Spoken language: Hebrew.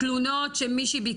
כן, בהחלט.